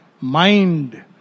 mind